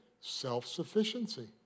self-sufficiency